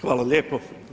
Hvala lijepo.